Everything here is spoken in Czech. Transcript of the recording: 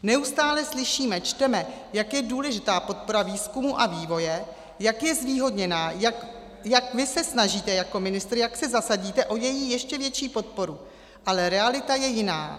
Neustále slyšíme, čteme, jak je důležitá podpora výzkumu a vývoje, jak je zvýhodněná, jak se snažíte jako ministr, jak se zasadíte o její ještě větší podporu, ale realita je jiná.